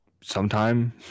sometime